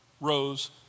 rose